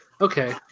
okay